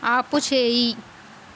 ఆపుచేయి